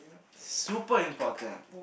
super important